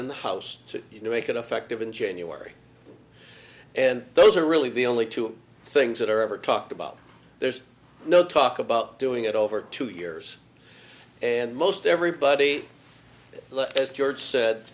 in the house to you know make it effective in january and those are really the only two things that are ever talked about there's no talk about doing it over two years and most everybody as george said